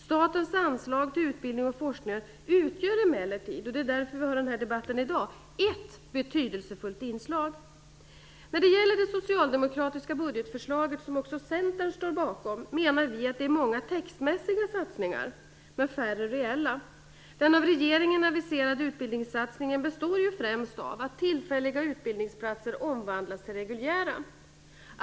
Statens anslag till utbildning och forskning utgör emellertid, det är därför vi har den här debatten i dag, ett betydelsefullt inslag. När det gäller det socialdemokratiska budgetförslaget, som också Centern står bakom, menar vi att det är många textmässiga satsningar, men färre reella. Den av regeringen aviserade utbildningssatsningen består ju främst av att tillfälliga utbildningsplatser omvandlas till reguljära.